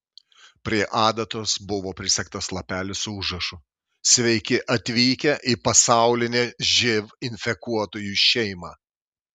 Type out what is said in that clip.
prie adatos buvo prisegtas lapelis su užrašu sveiki atvykę į pasaulinę živ infekuotųjų šeimą